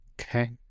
Okay